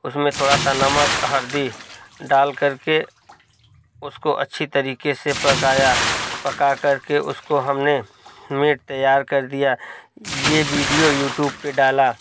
उसमें थोड़ा सा नमक हरदी डाल कर के उसको अच्छी तरीके से पकाया पका कर के उसको हमने मीट तैयार कर दिया ये वीडियो यूटूब पर डाला